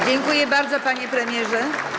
Dziękuję bardzo, panie premierze.